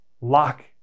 Lock